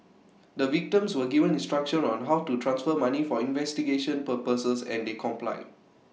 the victims were given instructions on how to transfer money for investigation purposes and they complied